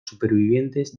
supervivientes